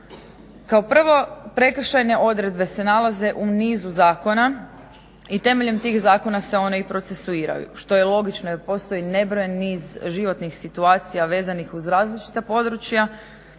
Kao prvo, prekršajne odredbe se nalaze u nizu zakona i temeljem tih zakona se one i procesuiraju, što je logično jer postoji nebrojen niz životnih situacija vezanih uz različita područja